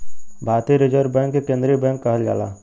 भारतीय Reserve Bank के केन्द्रीय बैंक कहल जाला